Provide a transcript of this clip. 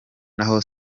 naho